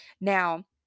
Now